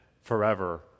forever